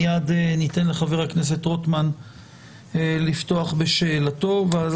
מיד ניתן לחבר הכנסת רוטמן לפתוח בשאלתו ואז